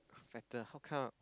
fatter how come